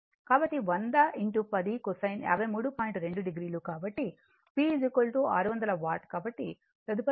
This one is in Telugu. కాబట్టి తదుపరిది V ef I Z ef